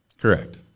correct